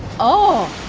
oh